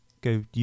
go